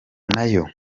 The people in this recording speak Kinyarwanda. nayo